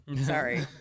sorry